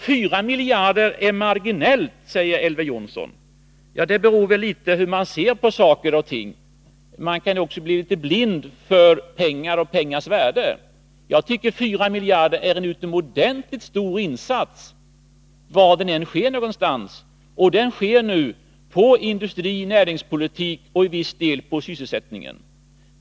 4 miljarder är marginellt, säger Elver Jonsson. Det beror väl litet grand på hur man ser på saker och ting. Man kan också bli blind för pengar och pengars värde. Jag tycker att 4 miljarder är en utomordentligt stor insats, var den än 79 sker någonstans. Och den sker nu på industri-, näringsoch i viss utsträckning sysselsättningspolitiken.